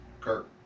Kirk